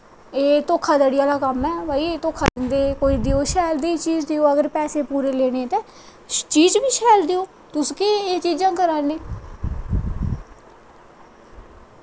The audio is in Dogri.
एह् दौखा धड़ी आह्ला कम्म ऐ भाई दौखा दिंदे ते ओह् शैल जेही चीज देओ अगर पैसे देने ते चीज बी शैल देओ तुस केह् एह् चीजां करा ने